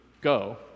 go